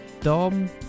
dom